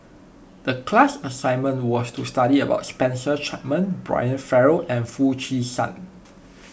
the class assignment was to study about Spencer Chapman Brian Farrell and Foo Chee San